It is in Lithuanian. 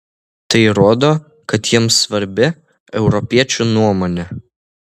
tai rodo kad jiems svarbi europiečių nuomonė